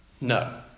No